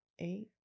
eight